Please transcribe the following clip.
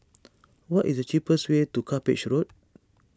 what is the cheapest way to Cuppage Road